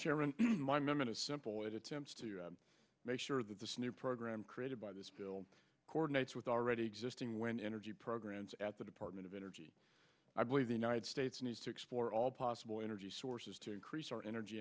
chairman my man is simple it attempts to make sure that the sneer program created by this bill coordinates with already existing when energy programs at the department of energy i believe the united states needs to explore all possible energy sources to increase our energy